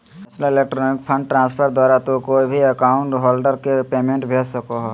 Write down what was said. national electronic fund transfer द्वारा तू कोय भी अकाउंट होल्डर के पेमेंट भेज सको हो